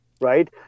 right